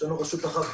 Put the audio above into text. יש לנו רשות אחת,